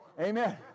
amen